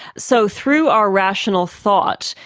so through our rational thought,